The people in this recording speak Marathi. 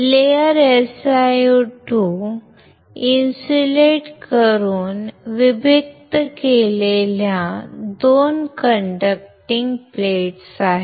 लेयर SiO2 इन्सुलेट करून विभक्त केलेल्या 2 कंडक्टिंग प्लेट्स आहेत